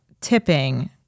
tipping